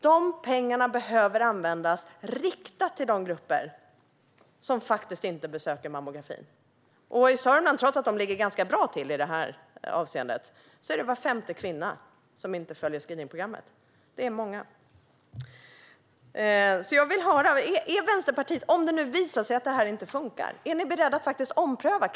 Dessa pengar behöver användas så att de riktas till de grupper som inte besöker mammografin. Trots att Sörmland ligger ganska bra till i detta avseende är det var femte kvinna som inte följer screeningprogrammet. Det blir ett stort antal. Jag vill höra från Vänsterpartiet: Om det visar sig att detta inte funkar, är ni beredda att ompröva det?